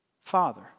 Father